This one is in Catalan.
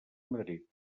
madrid